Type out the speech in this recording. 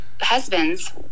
husband's